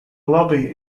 lobby